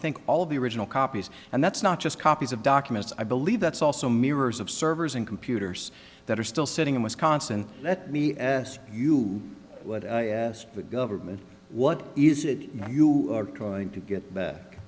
think all of the original copies and that's not just copies of documents i believe that's also mirrors of servers and computers that are still sitting in wisconsin let me ask you what is the government what is it you are trying to get